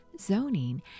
zoning